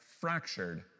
fractured